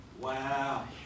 wow